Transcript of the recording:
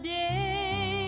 day